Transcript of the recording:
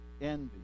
envy